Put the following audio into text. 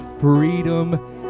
freedom